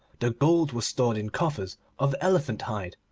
the gold was stored in coffers of elephant-hide,